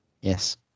Yes